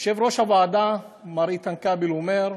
יושב-ראש הוועדה מר איתן כבל אומר: